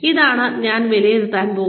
ഇതാണ് ഞാൻ വിലയിരുത്താൻ പോകുന്നത്